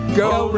go